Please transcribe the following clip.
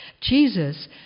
Jesus